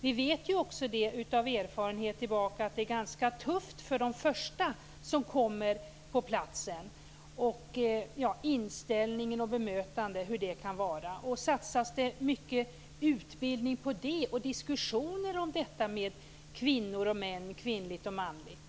Vi vet ju av erfarenhet att det är ganska tufft för de första som kommer på en plats när det gäller inställningen och bemötandet. Satsas det mycket utbildning och diskussioner på detta med kvinnor och män, kvinnligt och manligt?